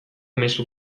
mezu